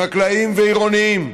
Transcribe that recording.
חקלאיים ועירוניים,